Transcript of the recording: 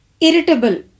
irritable